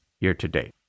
year-to-date